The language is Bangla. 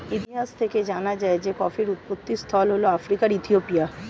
ইতিহাস থেকে জানা যায় যে কফির উৎপত্তিস্থল হল আফ্রিকার ইথিওপিয়া